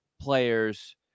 players